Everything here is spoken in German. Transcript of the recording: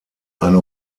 eine